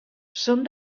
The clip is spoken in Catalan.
són